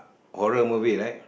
horror movie right